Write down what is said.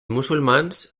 musulmans